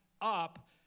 up